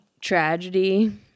tragedy